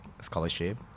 scholarship